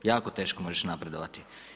Jako teško možeš napredovati.